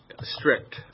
Strict